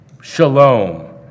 Shalom